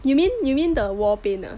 you mean you mean the wall paint ah